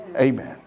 Amen